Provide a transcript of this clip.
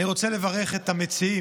אני רוצה לברך את חברי הכנסת המציעים,